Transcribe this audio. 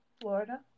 Florida